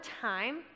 time